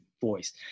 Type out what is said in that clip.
voice